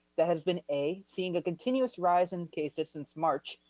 that has been a, seeing a continuous rise in cases since march,